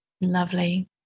lovely